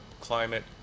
climate